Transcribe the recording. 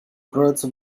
кроются